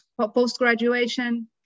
post-graduation